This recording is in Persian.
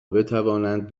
بتوانند